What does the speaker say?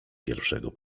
pierwszego